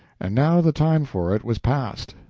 and now the time for it was past.